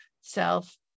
self